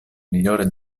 migliore